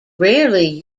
rarely